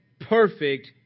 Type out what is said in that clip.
perfect